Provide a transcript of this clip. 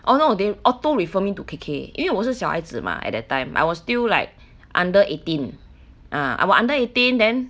oh no they automatic refer me to K_K 因为我是小孩子 mah at that time I was still like under eighteen ah 我 under eighteen then